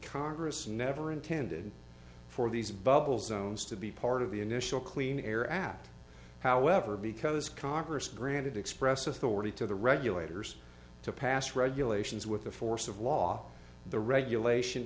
congress never intended for these bubbles owns to be part of the initial clean air act however because congress granted express authority to the regulators to pass regulations with the force of law the regulation